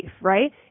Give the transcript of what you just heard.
right